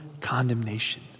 condemnation